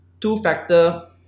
two-factor